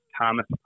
Thomas